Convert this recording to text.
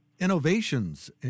innovations